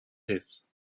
his